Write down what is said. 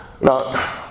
Now